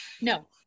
no